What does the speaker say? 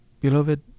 beloved